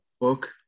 book